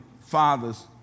fathers